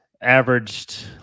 averaged